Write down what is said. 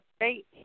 great